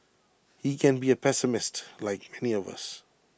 he can be A pessimist like many of us